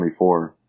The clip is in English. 24